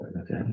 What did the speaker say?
Okay